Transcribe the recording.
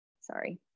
sorry